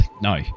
no